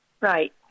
Right